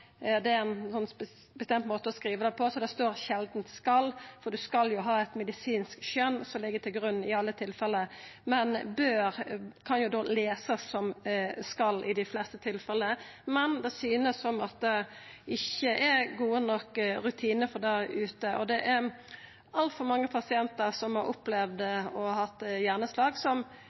jo ha eit medisinsk skjøn som ligg til grunn i alle tilfelle. «Bør» kan lesast som «skal» i dei fleste tilfella, men det synest som om det ikkje er gode nok rutinar for det ute. Det er altfor mange pasientar som har opplevd å ha hatt hjerneslag, som